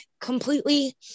completely